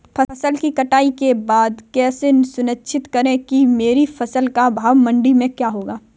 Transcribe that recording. फसल की कटाई के बाद कैसे सुनिश्चित करें कि मेरी फसल का भाव मंडी में क्या होगा?